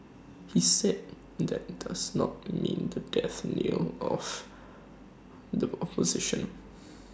he said that does not mean the death knell of the opposition